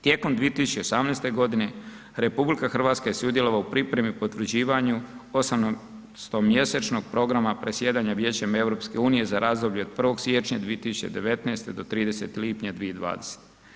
Tijekom 12018. godine, RH je sudjelovala u pripremi, potvrđivanju 18.-sto mjesečnog programa predsjedanja Vijećem EU za razdoblje od 1. siječnja 2019. do 30. lipnja 2020.